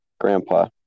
Grandpa